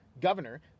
governor